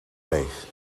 leeg